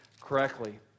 correctly